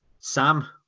Sam